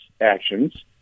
actions